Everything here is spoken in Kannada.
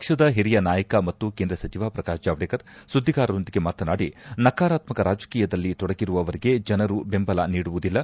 ಪಕ್ಷದ ಹಿರಿಯ ನಾಯಕ ಮತ್ತು ಕೇಂದ್ರ ಸಚಿವ ಪ್ರಕಾಶ್ ಜಾವ್ವೇಕರ್ ಸುದ್ದಿಗಾರರೊಂದಿಗೆ ಮಾತನಾಡಿ ನಕಾರಾತ್ಮಕ ರಾಜಕೀಯದಲ್ಲಿ ತೊಡಗಿರುವವರಿಗೆ ಜನರು ಬೆಂಬಲ ನೀಡುವುದಿಲ್ಲ